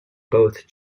both